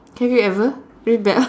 have you ever